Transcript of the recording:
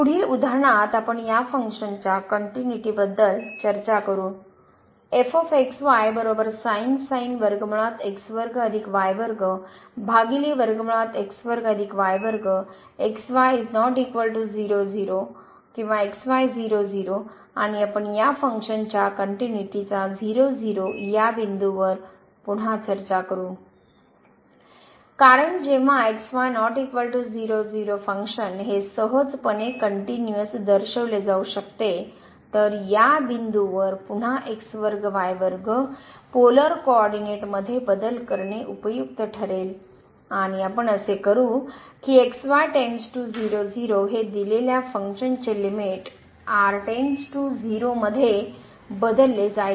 पुढील उदाहरनात आपण या फंक्शन च्या कनट्युनिटी बद्दल चर्चा करू आणि आपण या फंक्शन च्या कनट्युनिटी चा 0 0 या बिंदू वर पुन्हा चर्चा करू कारण जेव्हा x y ≠ 0 0 फंक्शन हे सहजपणे कनट्युनिअस दर्शविले जाऊ शकते तर या बिंदूवर पुन्हा x वर्ग y वर्ग पोलर कोऑरडीनेट मध्ये बदल करणे उपयुक्त ठरेल आणि आपण असे करू की हे दिलेल्या फंक्शन चे लिमिट मध्ये बदलले जाईल